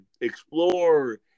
explore